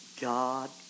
God